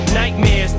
nightmares